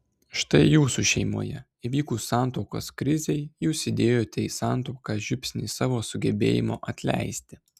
štai jūsų šeimoje įvykus santuokos krizei jūs įdėjote į santuoką žiupsnį savo sugebėjimo atleisti